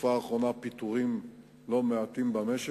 בתקופה האחרונה פיטורים לא מעטים במשק,